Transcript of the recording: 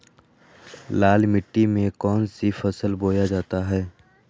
लाल मिट्टी में कौन सी फसल बोया जाता हैं?